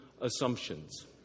assumptions